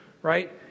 right